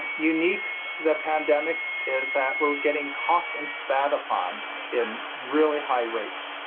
ah unique to the pandemic is that we're getting coughed and spat upon in really high rates,